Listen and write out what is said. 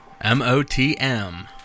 M-O-T-M